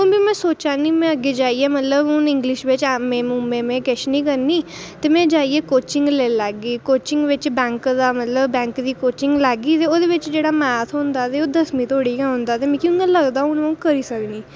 हून बी में सोचा नी कि में अग्गें जाइयै इंग्लिश बिच एमए किश निं करनी ते में जाइयै कोचिंग लेई लैगी कोचिंग बिच बैंक दा मतलब बैंक दी कोचिंग लैगी ते ओह्दे बिच मतलब जेह्ड़ा मैथ होंदा ओह् दसमीं तोड़ी गै औंदा ते मिगी लगदा ओह् में करी सकनी